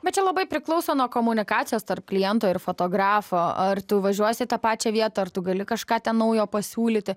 bet čia labai priklauso nuo komunikacijos tarp kliento ir fotografo ar tu važiuosi į tą pačią vietą ar tu gali kažką ten naujo pasiūlyti